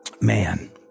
man